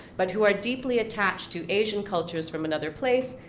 but who are deeply attached to asian cultures from another place,